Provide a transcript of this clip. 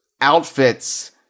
outfits